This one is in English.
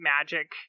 magic